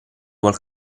vuol